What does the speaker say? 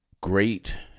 great